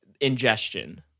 ingestion